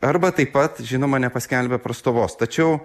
arba taip pat žinoma nepaskelbė prastovos tačiau